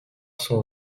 cent